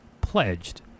pledged